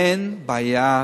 אין בעיה תקציבית,